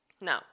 No